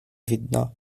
widna